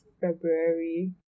February